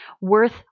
worth